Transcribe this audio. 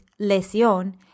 lesión